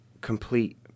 complete